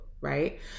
right